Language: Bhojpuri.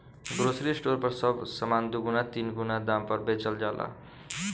ग्रोसरी स्टोर पर सब सामान दुगुना तीन गुना दाम पर बेचल जाला